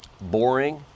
Boring